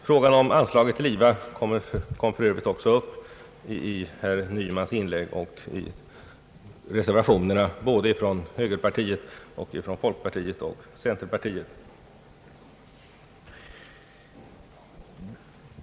Frågan om anslaget till IVA kom för övrigt också upp i herr Nymans inlägg liksom det tas upp i reservationer både från högerpartiet, folkpartiet och centerpartiet.